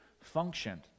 functioned